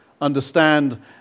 understand